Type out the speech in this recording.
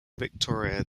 victoria